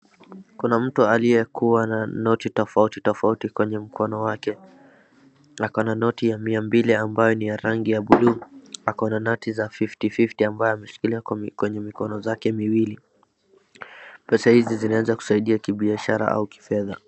Kuna mtu aliyekua na noti tofauti tofauti kwenye mkono wake. Ako na noti ya miambili ambayo ni ya rangi ya bluu, ako noti za fifty fifty amabyo ameshikilia kwa mkono zake miwili. Pesa hizi zinaeza kusaidia kibiashara au kifedha.